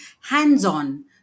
hands-on